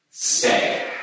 Stay